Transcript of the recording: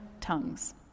tongues